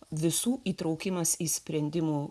visų įtraukimas į sprendimų